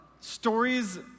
stories